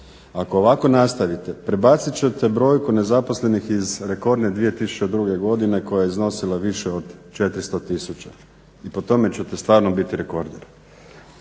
Ako ovako nastavite prebacit ćete brojku nezaposlenih iz rekordne 2002.godine koja je iznosila više od 400 tisuća i po tome ćete stvarno biti rekorderi.